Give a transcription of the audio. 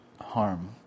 harm